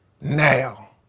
now